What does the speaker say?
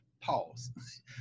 Pause